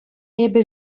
эпӗ